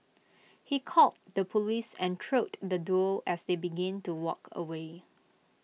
he called the Police and trailed the duo as they begin to walk away